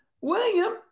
William